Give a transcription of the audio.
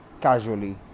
casually